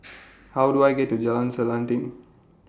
How Do I get to Jalan Selanting